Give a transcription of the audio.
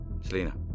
Selena